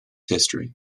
history